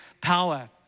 power